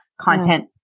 content